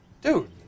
Dude